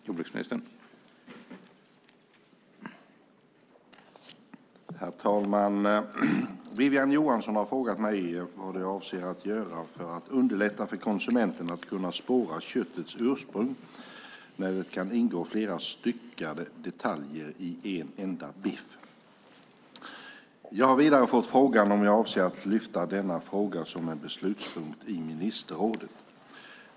Herr talman! Wiwi-Anne Johansson har frågat mig vad jag avser att göra för att underlätta för konsumenten att kunna spåra köttets ursprung när det kan ingå flera styckade detaljer i en enda biff. Jag har vidare fått frågan om jag avser att lyfta fram denna fråga som en beslutspunkt i ministerrådet.